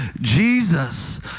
Jesus